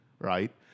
right